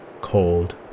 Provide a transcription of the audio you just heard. cold